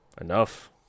Enough